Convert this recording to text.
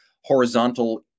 horizontal